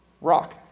rock